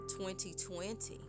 2020